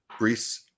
Brees